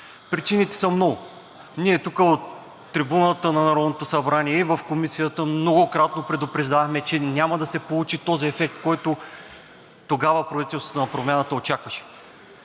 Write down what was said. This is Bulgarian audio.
Причините са много. Ние тук от трибуната на Народното събрание и в Комисията многократно предупреждавахме, че няма да се получи този ефект, който тогава правителството на Промяната очакваше,